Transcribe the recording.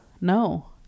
No